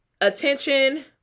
Attention